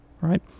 right